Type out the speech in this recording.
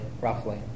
roughly